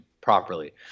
properly